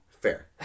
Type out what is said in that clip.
Fair